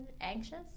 Anxious